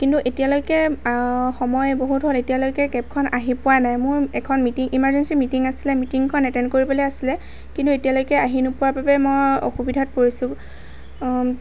কিন্তু এতিয়ালৈকে সময় বহুত হ'ল এতিয়ালৈকে কেবখন আহি পোৱা নাই মোৰ এখন মিটিং ইমাৰজেঞ্চি মিটিং আছিলে মিটিংখন এটেণ্ড কৰিবলৈ আছিলে কিন্তু এতিয়ালৈকে আহি নোপোৱাৰ বাবে মই অসুবিধাত পৰিছোঁ